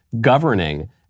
governing